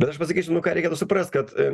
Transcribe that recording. bet aš pasakysiu nu ką reikėtų suprast kad